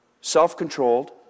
self-controlled